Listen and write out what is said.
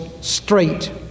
straight